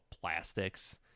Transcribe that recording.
plastics